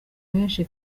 benshi